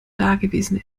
dagewesene